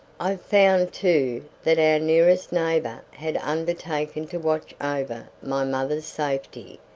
i found, too, that our nearest neighbour had undertaken to watch over my mother's safety,